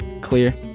clear